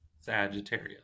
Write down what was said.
Sagittarius